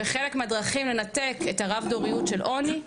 וחלק הדרכים לנתק את הרב דוריות של העוני,